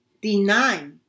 deny